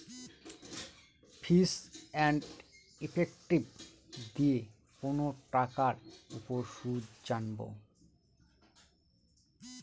ফিচ and effective দিয়ে কোনো টাকার উপর সুদ জানবো